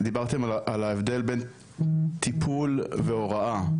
דיברתם על ההבדל בין טיפול והוראה,